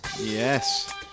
yes